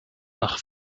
nach